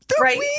right